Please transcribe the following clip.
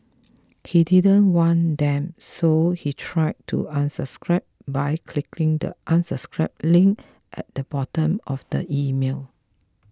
he didn't want them so he tried to unsubscribe by clicking the unsubscribe link at the bottom of the email